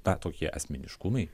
na tokie asmeniškumai